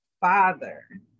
father